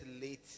late